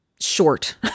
short